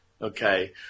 Okay